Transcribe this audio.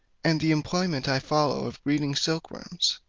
and the employment i follow of breeding silk-worms.